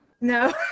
no